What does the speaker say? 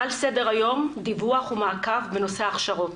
על סדר היום, דיווח ומעקב בנושא ההכשרות.